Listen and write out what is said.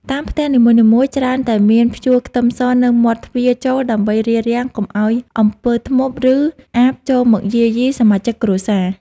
តាមផ្ទះនីមួយៗច្រើនតែមានព្យួរខ្ទឹមសនៅមាត់ទ្វារចូលដើម្បីរារាំងកុំឱ្យអំពើធ្មប់ឬអាបចូលមកយាយីសមាជិកគ្រួសារ។